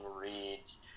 reads